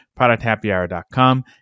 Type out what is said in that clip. ProductHappyHour.com